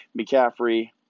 McCaffrey